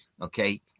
okay